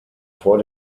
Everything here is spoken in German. vor